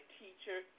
teacher